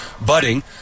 budding